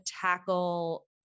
tackle